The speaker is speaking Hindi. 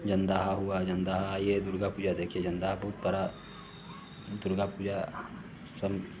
जमदहा हुआ जमदहा ये दुर्गा पूजा देखिए जमदहा बहुत बड़ा दुर्गा पूजा संघ